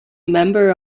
member